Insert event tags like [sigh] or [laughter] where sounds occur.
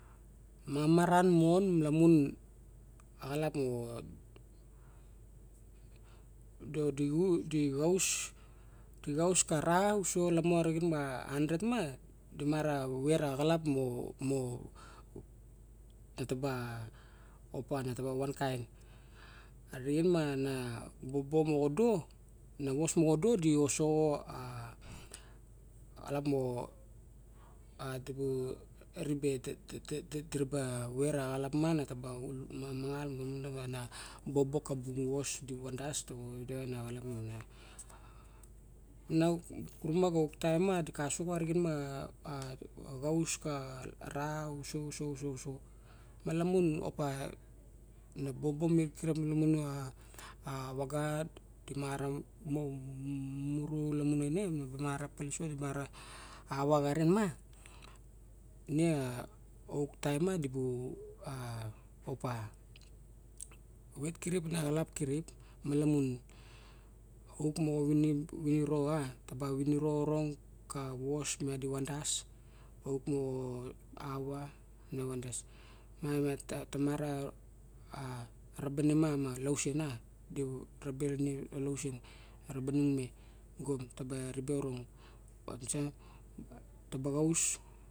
Mamaran mon lamun axalap muo dadixu dixao dixao kara uso lomo rixen ma hundred ma di ma ra ve raxalap mo- mo ateba op ma ta ba wankain re ma na bobo moxodo na vos moxodo di osoxo a xalap mo adi bo ribe tete tete tete di ra ba ve raxalap mana tu ba un mamangal na bobo na bung vos di van das ta vade na xalap mon nau kurumaga taim ma digaso rige ma [hesitation] axaus ka ra usousousouso mala mun opa na bobo mi kirip malamun a avaga di mara mo- mo muro lamun enan di ma ra piliso di mara avaga ren ma nia xuk taim ma di bu a opa vet kirip naxalep kirip malamun uk mono viniroa taba viniro orong ka vos madi ra a rebena ma lausen di reena lausen ra ba nung me gom taba ribe orong? [unintelligible] ta ba xaus